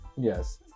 yes